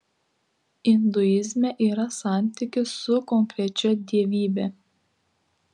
induizme yra santykis su konkrečia dievybe